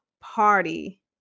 party